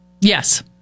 Yes